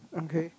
okay